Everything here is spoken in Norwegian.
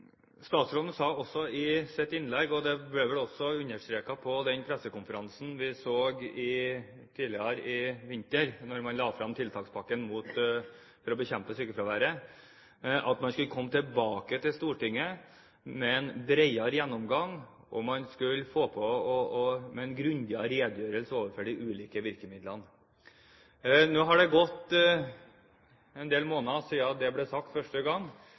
Statsråden sa i sitt innlegg – og det ble vel også understreket på den pressekonferansen som var i vinter, da man la frem tiltakspakken for å bekjempe sykefraværet – at man skulle komme tilbake til Stortinget med en bredere gjennomgang, og man skulle komme med en grundigere redegjørelse om de ulike virkemidlene. Nå har det gått en del måneder siden det ble sagt første gang,